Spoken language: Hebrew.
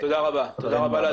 תודה רבה לאדוני.